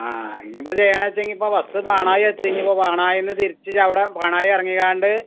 ആ ഇനിയിപ്പം ചെയ്യണം വെച്ചെങ്കിൽ ബെസ്സ് പാണായി എത്തി ഇനിയിപ്പം പാണായിന്ന് തിരിച്ച് അവിടെ പാണായി ഇറങ്ങികാണ്ട്